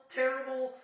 terrible